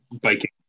biking